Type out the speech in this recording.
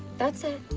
that's it.